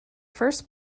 first